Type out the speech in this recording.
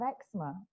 eczema